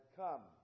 come